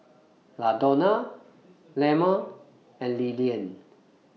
Ladonna Lemma and Lillian